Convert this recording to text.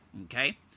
Okay